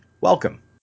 welcome